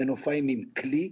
המנופאים הם כלי,